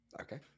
Okay